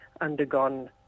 undergone